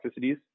toxicities